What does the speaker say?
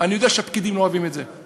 אני יודע שהפקידים לא אוהבים את זה.